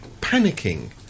panicking